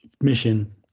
mission